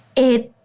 it,